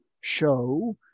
show